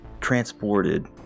transported